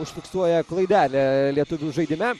užfiksuoja klaidelę lietuvių žaidime